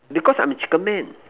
because I am chicken man